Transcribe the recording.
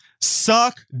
suck